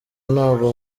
ntabwo